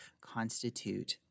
constitute